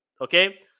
okay